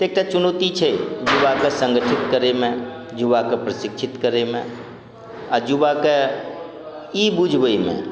एकटा चुनौती छै युवाके संगठित करयमे युवाके प्रशिक्षित करयमे आओर युवाके ई बुझबयमे